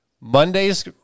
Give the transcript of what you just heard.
Monday's